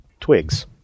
twigs